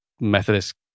Methodist